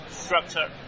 structure